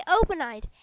open-eyed